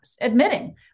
Admitting